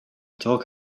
talk